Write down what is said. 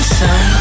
sun